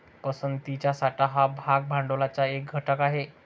पसंतीचा साठा हा भाग भांडवलाचा एक घटक आहे